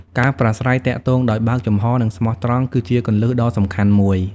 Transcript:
ការប្រាស្រ័យទាក់ទងដោយបើកចំហរ និងស្មោះត្រង់ គឺជាគន្លឹះដ៏សំខាន់មួយ។